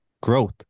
growth